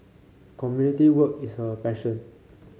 community work is her passion